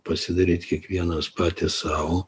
pasidaryt kiekvienas patys sau